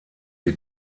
die